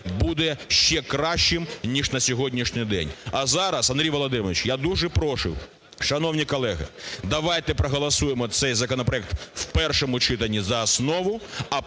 буде ще кращим ніж на сьогоднішній день. А зараз, Андрій Володимирович, я дуже прошу, шановні колеги, давайте проголосуємо цей законопроект в першому читанні за основу, а потім